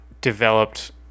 developed